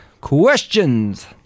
questions